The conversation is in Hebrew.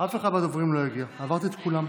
אף אחד מהדוברים לא הגיע, עברתי את כולם.